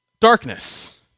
darkness